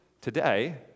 today